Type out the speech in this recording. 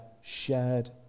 shared